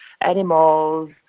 animals